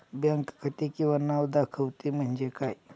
Bank खाते किंवा नाव दाखवते म्हणजे काय?